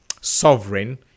sovereign